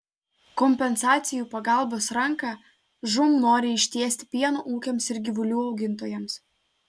kompensacijų pagalbos ranką žūm nori ištiesti pieno ūkiams ir gyvulių augintojams